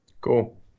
Cool